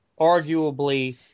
arguably